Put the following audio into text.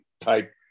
type